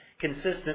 consistent